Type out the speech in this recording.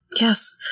Yes